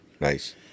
Nice